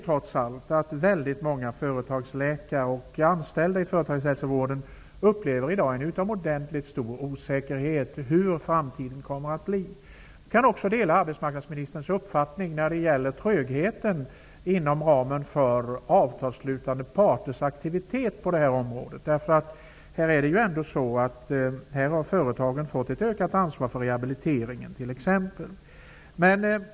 Problemet är att många företagsläkare och anställda i företagshälsovården i dag upplever en stor osäkerhet om hur framtiden kommer att bli. Jag kan också dela arbetsmarknadsministerns uppfattning när det gäller trögheten inom ramen för avtalsslutande parters aktivitet på detta område. Här har företagen fått ett ökat ansvar för t.ex. rehabilitering.